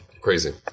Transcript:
Crazy